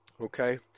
okay